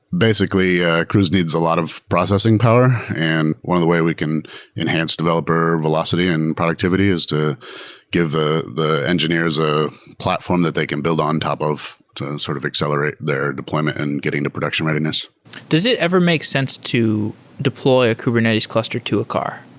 basically, cruise needs a lot of processing power, and one of the way we can enhance developer velocity and productivity is to give the the engineers a platform that they can build on top of to sort of accelerate their deployment and getting to production readiness does it ever make sense to deploy a kubernetes cluster to a car?